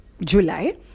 july